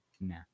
No